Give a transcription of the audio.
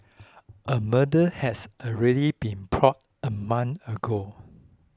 a murder has already been a month ago